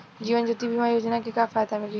जीवन ज्योति बीमा योजना के का फायदा मिली?